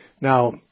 Now